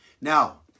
Now